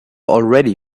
already